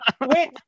Wait